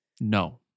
No